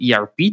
ERP